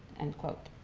end quote.